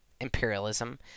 imperialism